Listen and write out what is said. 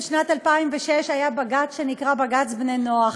בשנת 2006 היה בג"ץ שנקרא בג"ץ בני נוח,